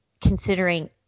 considering